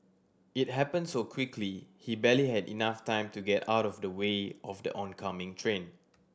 it happened so quickly he barely had enough time to get out of the way of the oncoming train